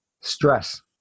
stress